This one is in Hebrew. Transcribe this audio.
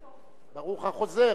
ברוך החוזר,